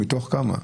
מתוך כמה שהגיעו?